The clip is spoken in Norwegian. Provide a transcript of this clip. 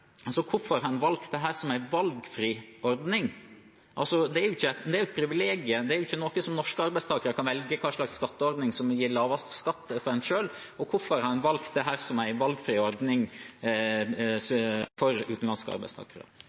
Hvorfor har en valgt dette som en valgfri ordning? Det er et privilegium, det er ikke noe som norske arbeidstakere kan velge – hva slags skatteordning som vil gi lavest skatt for en selv. Hvorfor har en valgt dette som en valgfri ordning for utenlandske arbeidstakere?